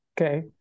Okay